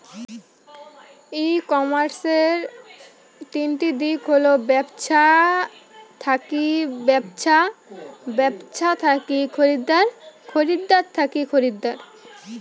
ই কমার্সের তিনটি দিক হল ব্যবছা থাকি ব্যবছা, ব্যবছা থাকি খরিদ্দার, খরিদ্দার থাকি খরিদ্দার